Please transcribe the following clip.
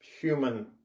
human